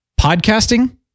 Podcasting